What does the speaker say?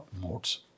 modes